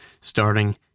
starting